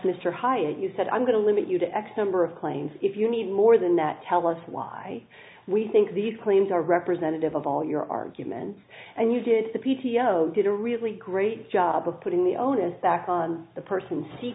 hyatt you said i'm going to limit you to x number of claims if you need more than that tell us why we think these claims are representative of all your arguments and you did the p t o did a really great job of putting the onus back on the person s